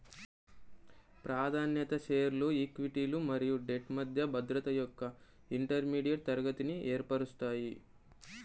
ప్రాధాన్యత షేర్లు ఈక్విటీలు మరియు డెట్ మధ్య భద్రత యొక్క ఇంటర్మీడియట్ తరగతిని ఏర్పరుస్తాయి